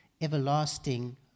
everlasting